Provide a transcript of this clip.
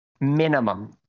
Minimum